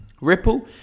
Ripple